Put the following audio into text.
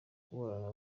kuburana